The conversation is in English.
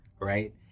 right